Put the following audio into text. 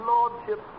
Lordship